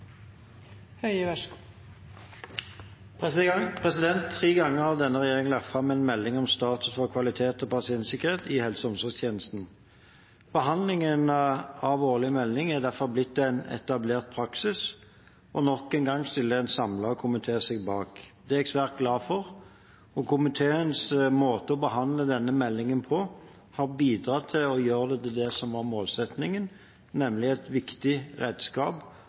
Tre ganger har denne regjeringen lagt fram en melding om status for kvalitet og pasientsikkerhet i helse- og omsorgstjenesten. Behandlingen av årlig melding er derfor blitt en etablert praksis, og nok en gang stiller en samlet komité seg bak. Det er jeg svært glad for, og komiteens måte å behandle denne meldingen på har bidratt til å gjøre det til det som var målsettingen, nemlig et viktig redskap